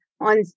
on